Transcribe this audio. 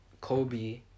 Kobe